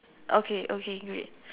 okay okay great